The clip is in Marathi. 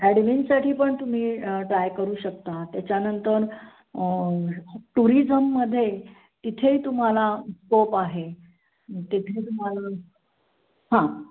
ॲडमिनसाठी पण तुम्ही ट्राय करू शकता त्याच्यानंतर टुरिझममध्ये तिथेही तुम्हाला स्कोप आहे तिथे तुम्हाला हां